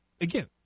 again